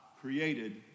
created